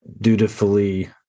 dutifully